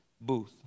Booth